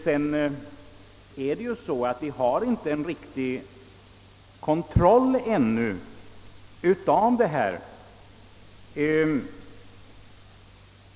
Vi har emellertid ännu inte någon riktig kontroll på detta område.